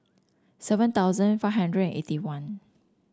seven thousand five hundred eighty one